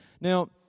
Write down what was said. Now